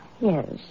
yes